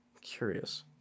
curious